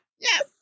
Yes